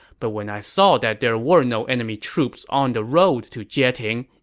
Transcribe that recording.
but when i saw that there were no enemy troops on the road to jieting,